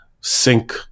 sink